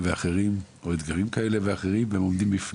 ואחרים או אתגרים כאלה ואחרים והם עומדים,